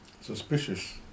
suspicious